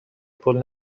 پول